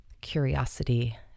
curiosity